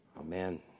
Amen